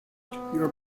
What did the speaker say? your